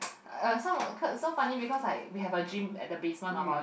uh some cause so funny because like we have a gym at the basement of our